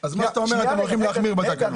אז אתה אומר שאתם הולכים להחמיר בתקנות.